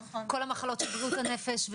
כל המחלות של בריאות הנפש,